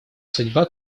судьба